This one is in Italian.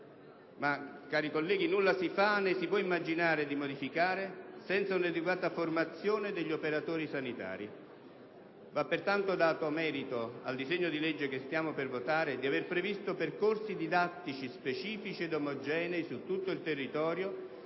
Ma, cari colleghi, nulla si fa, né si può immaginare di modificare, senza un'adeguata formazione degli operatori sanitari. Va pertanto dato merito al disegno di legge che stiamo per votare di aver previsto percorsi didattici specifici ed omogenei su tutto il territorio,